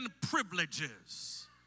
privileges